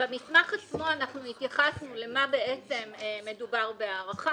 במסמך עצמו אנחנו התייחסנו למה בעצם מדובר בהערכה.